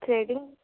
threading